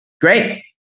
great